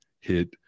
hit